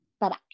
Bye-bye